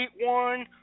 one